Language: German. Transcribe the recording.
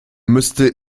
müsste